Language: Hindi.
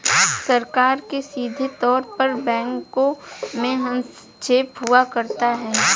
सरकार का सीधे तौर पर बैंकों में हस्तक्षेप हुआ करता है